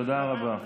תודה רבה.